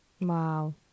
Wow